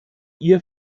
ihr